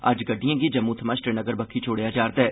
अज्ज गड़िड़एं गी जम्मू थमां श्रीनगर बक्खी छोड़ेआ जा'रदा ऐ